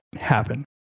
happen